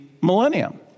millennium